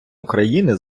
україни